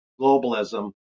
globalism